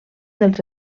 dels